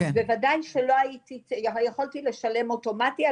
אז בוודאי שיכולתי לשלם אוטומטי,